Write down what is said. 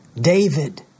David